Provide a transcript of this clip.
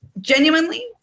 genuinely